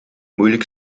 moeilijk